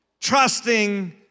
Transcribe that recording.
Trusting